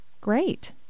great